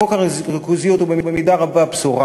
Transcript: חוק הריכוזיות הוא במידה רבה בשורה,